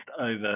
over